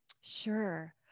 Sure